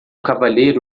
cavalheiro